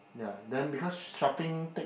ya then because shopping take